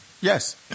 Yes